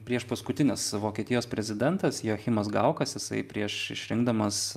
priešpaskutinis vokietijos prezidentas joachimas gaukas jisai prieš išrinkdamas